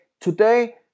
today